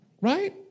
right